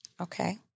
Okay